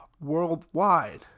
worldwide